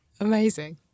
Amazing